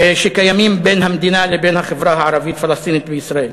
שקיימים בין המדינה לבין החברה הערבית-פלסטינית בישראל.